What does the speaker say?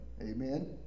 amen